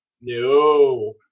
No